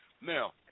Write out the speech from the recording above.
now